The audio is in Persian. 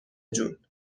جون